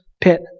pit